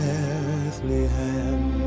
Bethlehem